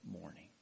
morning